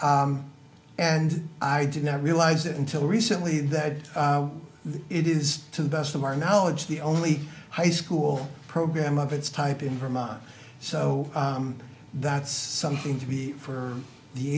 and i didn't realize it until recently that it is to the best of our knowledge the only high school program of its type in vermont so that's something to be for the